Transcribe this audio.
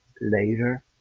later